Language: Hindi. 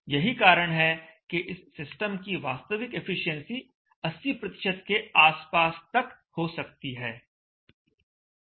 यही कारण है कि इस सिस्टम की वास्तविक एफिशिएंसी 80 के आसपास तक हो सकती है